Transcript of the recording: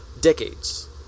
decades